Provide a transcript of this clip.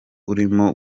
urimo